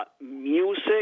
Music